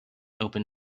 open